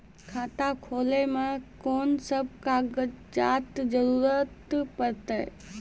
खाता खोलै मे कून सब कागजात जरूरत परतै?